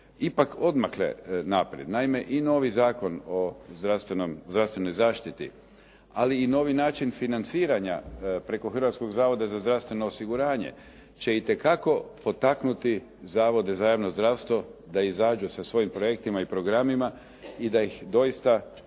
ipak odmakle naprijed. Naime, i novi Zakon o zdravstvenoj zaštiti ali i novi način financiranja preko Hrvatskog zavoda za zdravstveno osiguranje će itekako potaknuti zavode za javno zdravstvo da izađu sa svojim projektima i programima i da ih doista provedu